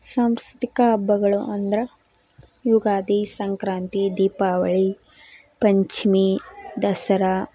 ಸಾಂಸ್ಕೃತಿಕ ಹಬ್ಬಗಳು ಅಂದ್ರೆ ಯುಗಾದಿ ಸಂಕ್ರಾಂತಿ ದೀಪಾವಳಿ ಪಂಚಮಿ ದಸರಾ